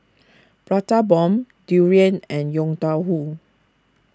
Prata Bomb Durian and Yong Tau Foo